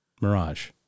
Mirage